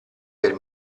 per